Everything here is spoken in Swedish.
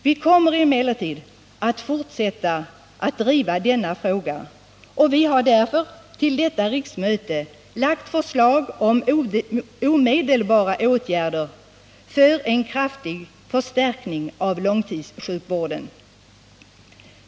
Vi kommer emellertid att fortsätta att driva denna fråga, och vi har därför till detta riksmöte lagt fram förslag om omedelbara åtgärder för en kraftig förstärkning av långtidssjukvården.